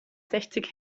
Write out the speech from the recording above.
sechzig